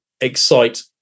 excite